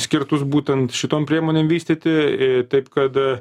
skirtus būtent šitom priemonėm vystyti į taip kad a